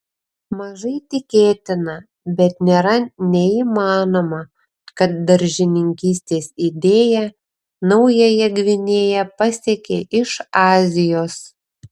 mažai tikėtina bet nėra neįmanoma kad daržininkystės idėja naująją gvinėją pasiekė iš azijos